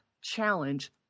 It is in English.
challenge